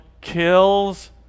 kills